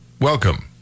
welcome